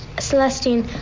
Celestine